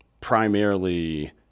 primarily